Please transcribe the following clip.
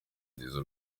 nziza